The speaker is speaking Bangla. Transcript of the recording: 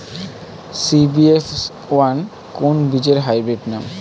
সি.বি.এফ ওয়ান কোন বীজের হাইব্রিড নাম?